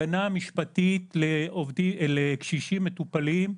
הגנה משפטית לקשישים מטופלים,